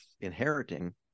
inheriting